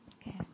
Okay